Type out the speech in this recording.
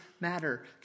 matter